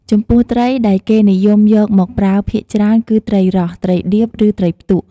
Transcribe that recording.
ចំពោះ ត្រីដែលគេនិយមយកមកប្រើភាគច្រើនគឺ ត្រីរ៉ស់ ត្រីដៀប ឬ ត្រីផ្ទក់។